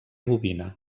bovina